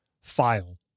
file